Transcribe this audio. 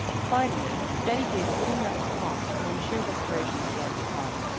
finally betty gave a little nervous cough and in sheer desperation began to talk.